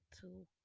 two